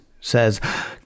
says